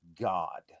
god